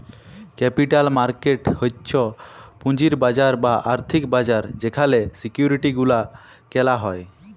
capital market হচ্ছ পুঁজির বাজার বা আর্থিক বাজার যেখালে সিকিউরিটি গুলা কেলা হ্যয়